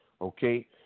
okay